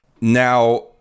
Now